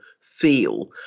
feel